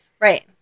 Right